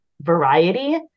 variety